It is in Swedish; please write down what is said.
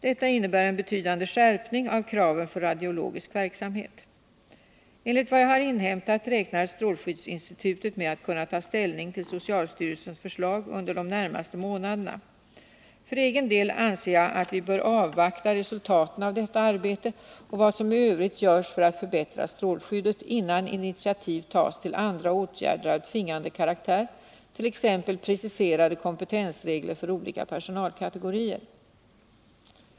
Detta innebär en betydande skärpning av kraven för radiologisk verksamhet. Enligt vad jag har inhämtat räknar strålskyddsinstitutet med att kunna ta ställning till socialstyrelsens förslag under de närmaste månaderna. För egen del anser jag att vi bör avvakta resultaten av detta arbete och vad som i övrigt görs för att förbättra strålskyddet, innan initiativ tas till andra åtgärder av tvingande karaktär, t.ex. preciserade kompetensregler för olika personalkategorier.